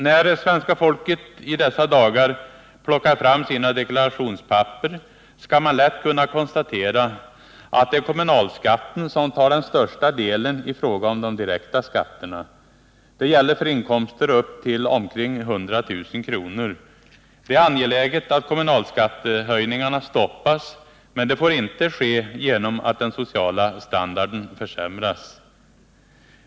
När svenska folket i dessa dagar plockar fram sina deklarationspapper skall man lätt kunna konstatera att det är kommunalskatten som tar den största delen i fråga om de direkta skatterna. Det gäller för inkomster upp till omkring 100000 kr. Det är angeläget att kommunalskattehöjningarna stoppas, men det får inte ske genom att den sociala standarden försämras.